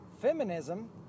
Feminism